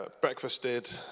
breakfasted